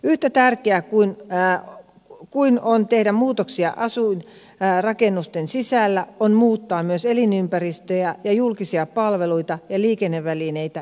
yhtä tärkeää kuin on tehdä muutoksia asuinrakennusten sisällä on muuttaa myös elinympäristöjä ja julkisia palveluita ja liikennevälineitä esteettömiksi